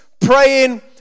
praying